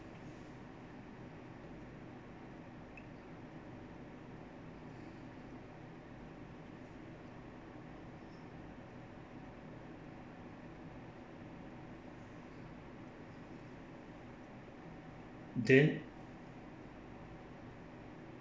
then